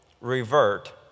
revert